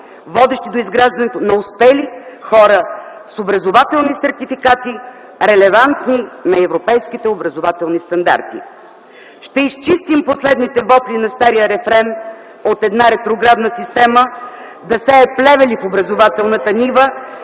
водещи до изграждането на успели хора с образователни сертификати, релевантни на европейските образователни стандарти. Ще изчистим последните вопли на стария рефрен от една ретроградна система да сее плевели в образователната нива